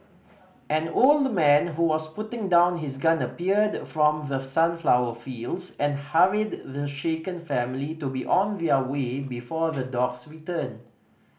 an old man who was putting down his gun appeared from the sunflower fields and hurried the shaken family to be on their way before the dogs return